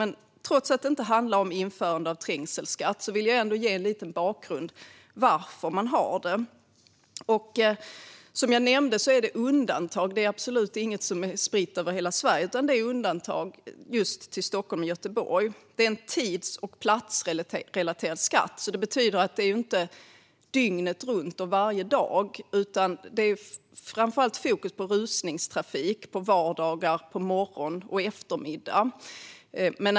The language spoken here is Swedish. Men trots att det inte handlar om införande av trängselskatt vill jag ge en liten bakgrund till varför man har detta. Som jag nämnde är detta undantag - det är absolut inget som är spritt över hela Sverige, utan det är undantag för Stockholm och Göteborg. Det är en tids och platsrelaterad skatt. Det handlar inte om dygnet runt och varje dag, utan det är framför allt fokus på rusningstrafik på vardagar, på morgonen och på eftermiddagen.